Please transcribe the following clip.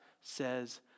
says